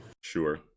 Sure